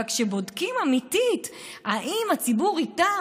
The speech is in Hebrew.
אבל כשבודקים אמיתית: האם הציבור איתם,